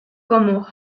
como